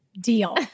Deal